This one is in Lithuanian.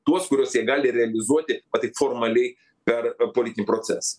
tuos kuriuos ji gali realizuoti va taip formaliai per politinį procesą